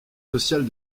sociales